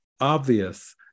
obvious